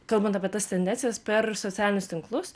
kalbant apie tas tendencijas per socialinius tinklus